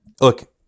look